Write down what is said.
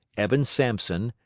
eben sampson,